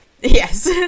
yes